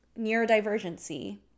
neurodivergency